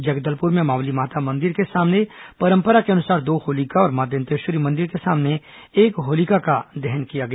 जगदलपुर में मावली माता मंदिर के सामने परंपरा के अनुसार दो होलिका और मां दंतेश्वरी मंदिर के सामने एक होलिका का दहन किया गया